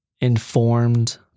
informed